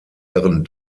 ehren